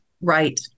Right